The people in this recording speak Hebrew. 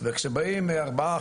וכשבאים ארבעה,